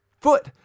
foot